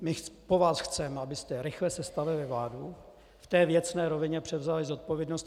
My po vás chceme, abyste rychle sestavili vládu a v té věcné rovině převzali zodpovědnost.